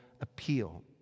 appeal